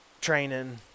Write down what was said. training